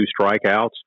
strikeouts